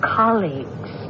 colleagues